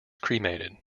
cremated